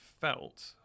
felt